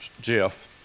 Jeff